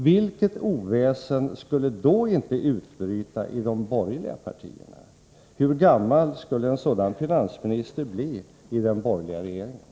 Vilket oväsen skulle då inte utbryta i de borgerliga partierna? Hur gammal skulle en sådan finansminister bli i den borgerliga regeringen?